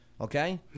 Okay